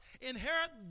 Inherit